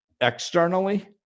externally